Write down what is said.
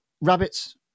rabbits